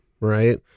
right